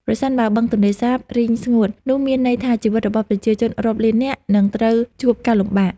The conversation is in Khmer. ប្រសិនបើបឹងទន្លេសាបរីងស្ងួតនោះមានន័យថាជីវិតរបស់ប្រជាជនរាប់លាននាក់នឹងត្រូវជួបការលំបាក។